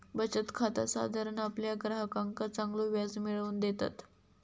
बचत खाता साधारण आपल्या ग्राहकांका चांगलो व्याज मिळवून देतत